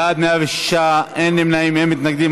בעד, 106. אין נמנעים, אין מתנגדים.